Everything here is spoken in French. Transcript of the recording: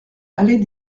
allée